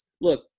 Look